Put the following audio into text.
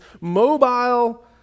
mobile